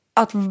att